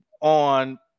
on